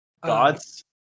Gods